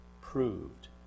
proved